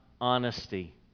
honesty